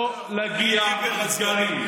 לא להגיע לסגרים.